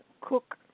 Cook